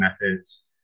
methods